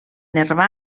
nervi